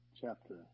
chapter